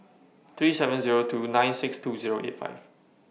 three seven two nine six two eight five